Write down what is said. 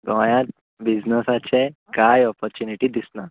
गोंयांत बिजनसाचे कांय ऑपोर्चुनिटी दिसना